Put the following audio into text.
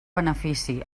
benefici